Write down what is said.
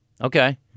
okay